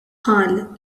qal